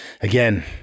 Again